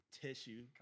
tissue